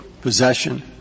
possession